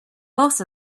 most